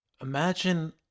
Imagine